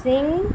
Singh